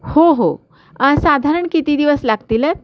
हो हो साधारण किती दिवस लागतील